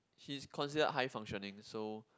he's considered high functioning so